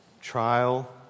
trial